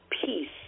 peace